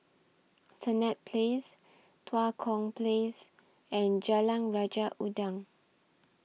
Senett Place Tua Kong Place and Jalan Raja Udang